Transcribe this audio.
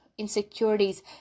insecurities